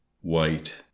White